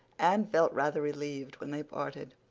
anne felt rather relieved when they parted.